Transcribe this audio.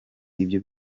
ibyo